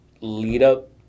lead-up